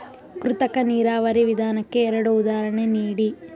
ಕೃತಕ ನೀರಾವರಿ ವಿಧಾನಕ್ಕೆ ಎರಡು ಉದಾಹರಣೆ ನೀಡಿ?